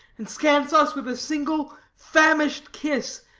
and scants us with a single famish'd kiss,